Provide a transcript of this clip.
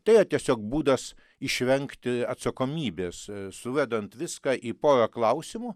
tai yra tiesiog būdas išvengti atsakomybės suvedant viską į porą klausimų